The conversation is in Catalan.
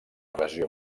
regió